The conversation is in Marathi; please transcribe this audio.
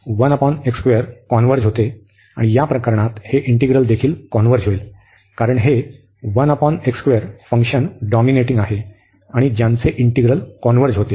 आणि अशा प्रकरणात हे इंटिग्रल देखील कॉन्व्हर्ज होईल कारण हे फंक्शन डॉमिनेटिंग आहे आणि ज्यांचे इंटिग्रल कॉन्व्हर्ज होते